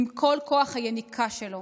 עם כל כוח היניקה שלו.